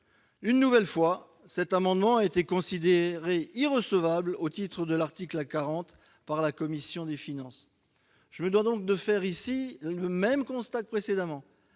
une nouvelle fois, cet amendement a été déclaré irrecevable au titre de l'article 40 de la Constitution par la commission des finances. Je me dois donc de faire ici le même constat que précédemment.